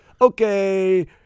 okay